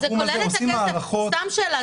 בתחום הזה עושים הערכות --- סתם שאלה,